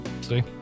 See